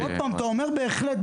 אתה אומר בהחלט,